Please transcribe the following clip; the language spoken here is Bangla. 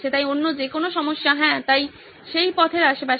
তাই অন্য যেকোনো সমস্যা হ্যাঁ তাই সেই পথের আশেপাশে